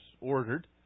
ordered